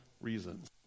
reasons